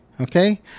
Okay